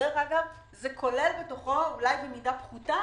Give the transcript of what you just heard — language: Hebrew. דרך אגב, זה כולל בתוכו גז, אולי במידה פחותה.